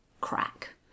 crack